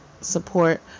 support